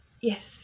Yes